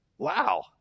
Wow